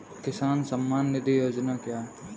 किसान सम्मान निधि योजना क्या है?